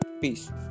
peace